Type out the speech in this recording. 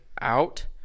out